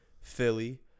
Philly